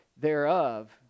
thereof